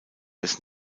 des